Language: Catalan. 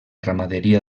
ramaderia